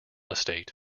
estate